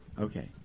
okay